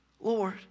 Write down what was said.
Lord